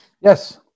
Yes